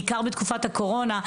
בעיקר בתקופת הקורונה,